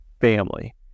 family